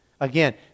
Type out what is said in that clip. Again